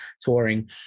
touring